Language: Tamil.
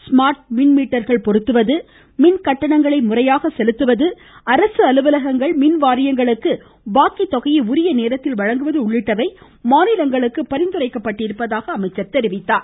ஸ்மா்ட் மீன் மீட்டர்கள் பொருத்துவது மீன்கட்டணங்கள் முறையாக செலுத்துவது அரசு அலுவலகங்கள் மின்வாரியங்களுக்கு பாக்கித்தொகையை உரிய நேரத்தில் வழங்குவது உள்ளிட்டவை மாநிலங்களுக்கு பரிந்துரைக்கப்படுவதாக கூறினார்